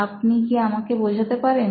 আপনি কি আমাকে বোঝাতে পারেন